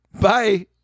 Bye